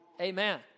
Amen